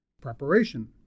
Preparation